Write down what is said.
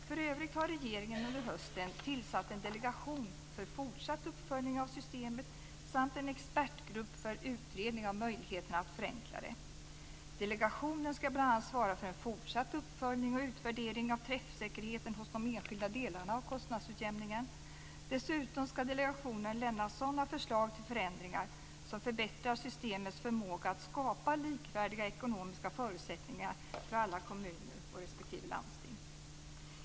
För övrigt har regeringen under hösten tillsatt en delegation för fortsatt uppföljning av systemet samt en expertgrupp för utredning av möjligheterna att förenkla det. Delegationen ska bl.a. svara för en fortsatt uppföljning och utvärdering av träffsäkerheten hos de enskilda delarna av kostnadsutjämningen. Dessutom ska delegationen lämna sådana förslag till förändringar som förbättrar systemets förmåga att skapa likvärdiga ekonomiska förutsättningar för alla kommuner respektive landsting.